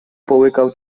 połykał